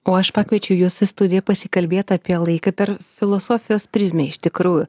o aš pakviečiau jus į studiją pasikalbėt apie laiką per filosofijos prizmę iš tikrųjų